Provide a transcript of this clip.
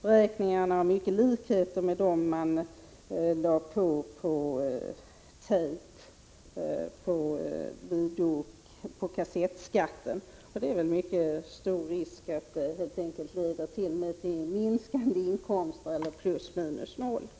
Beräkningarna har stora likheter med dem som gjordes när ni införde skatten på videokassetter. Det finns stor risk för att höjningen av reseskatten helt enkelt leder till minskade inkomster eller att resultatet blir plus minus noll.